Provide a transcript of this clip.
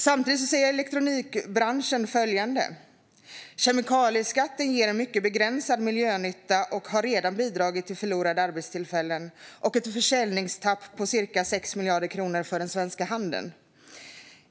Samtidigt säger elektronikbranschen följande: Kemikalieskatten ger en mycket begränsad miljönytta och har redan bidragit till förlorade arbetstillfällen och ett försäljningstapp på ca 6 miljarder kronor för den svenska handeln.